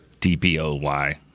DPOY